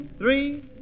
three